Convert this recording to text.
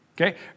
okay